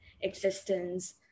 existence